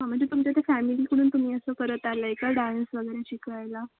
हां म्हणजे तुमच्या इथं फॅमिलीकडून तुम्ही असं करत आला आहे का डान्स वगैरे शिकायला